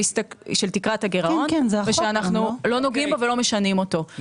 תקרת הגירעון שאנחנו לא נוגעים בו ולא משנים אותו.